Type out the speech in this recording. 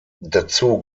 dazu